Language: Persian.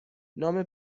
نام